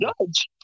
judge